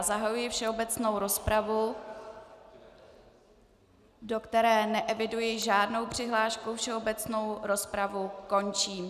Zahajuji všeobecnou rozpravu, do které neeviduji žádnou přihlášku, všeobecnou rozpravu končím.